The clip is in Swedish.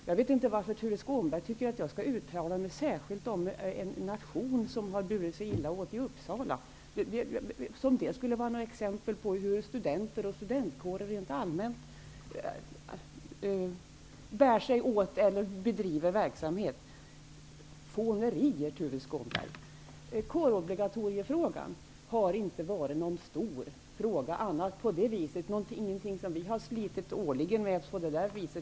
Jag vet inte varför Tuve Skånberg tycker att jag skall uttala särskilt om en nation i Uppsala som burit sig illa åt -- som om det vore ett exempel på hur studenter och studentkårer rent allmänt bedriver verksamhet. Fånerier, Tuve Skånberg! Kårobligatoriet har inte varit någon stor fråga, som vi har slitit årligen med.